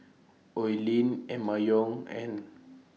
Oi Lin Emma Yong and